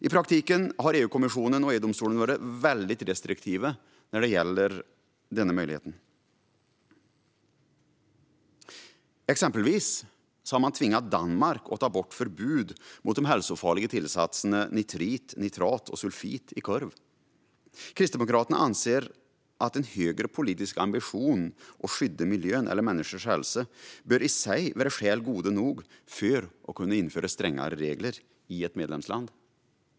I praktiken har EU-kommissionen och EU-domstolen varit mycket restriktiva när det gäller denna möjlighet. Exempelvis har man tvingat Danmark att ta bort förbud mot de hälsofarliga tillsatserna nitrit, nitrat och sulfit i korv. Kristdemokraterna anser att en högre politisk ambition att skydda miljön eller människors hälsa i sig bör vara skäl nog för att kunna införa strängare regler i ett medlemsland. Herr talman!